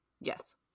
Yes